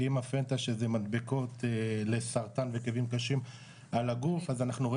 אם הפנטה שזה מדבקות לסרטן וכאבים קשים על הגוף אז אנחנו רואים